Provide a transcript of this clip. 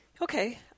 okay